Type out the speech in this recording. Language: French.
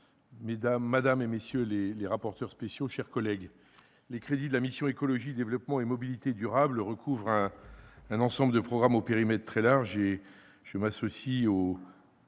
madame, messieurs les rapporteurs, mes chers collègues, les crédits de la mission « Écologie, développement et mobilités durables » recouvrent un ensemble de programmes au périmètre très large. Je m'associe